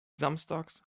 samstags